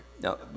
Now